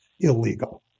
illegal